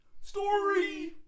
story